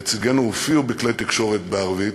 נציגינו הופיעו, בכלי תקשורת בערבית,